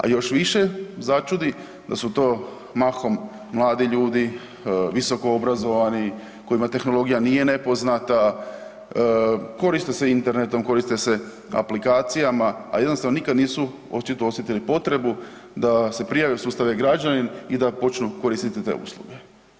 A još više začudi da su to mahom mladi ljudi, visokoobrazovani, kojima tehnologija nije nepoznata, koriste se internetom, koriste se aplikacijama, a jednostavno nikad nisu očito osjetili potrebu da se prijave u sustav e-Građanin i da počnu koristiti te usluge.